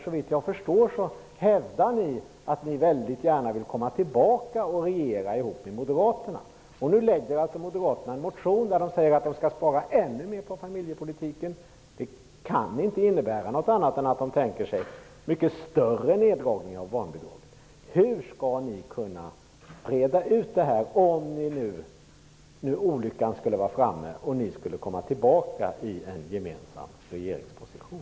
Såvitt jag förstår hävdar ni att ni väldigt gärna vill komma tillbaka i en regering tillsammans med Moderaterna, och Moderaterna har nu väckt en motion om att man skall spara ännu mer på familjepolitiken. Det kan inte innebära annat än att Moderaterna tänker sig en mycket större neddragning av barnbidraget. Hur skall ni kunna reda ut detta, om nu olyckan skulle vara framme och ni skulle komma tillbaka i en gemensam regeringsposition?